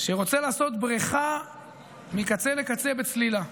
שרוצה לעשות בריכה מקצה לקצה בצלילה,